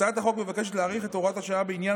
הצעת החוק מבקשת להאריך את הוראת השעה בעניין